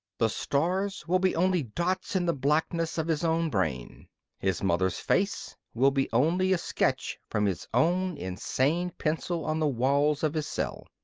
the stars will be only dots in the blackness of his own brain his mother's face will be only a sketch from his own insane pencil on the walls of his cell.